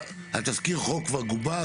תזכיר החוק כבר גובש?